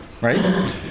right